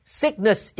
sickness